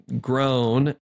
grown